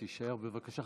תישאר, בבקשה.